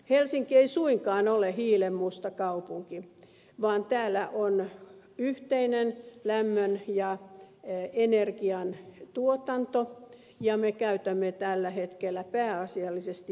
helsinki ei suinkaan ole hiilenmusta kaupunki vaan täällä on yhteinen lämmön ja energian tuotanto ja me käytämme tällä hetkellä pääasiallisesti maakaasua